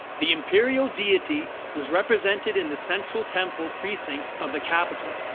the imperial deity was represented in the central temple precinct of the capital.